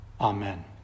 amen